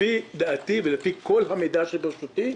לפי דעתי ולפי כל המידע שברשותי,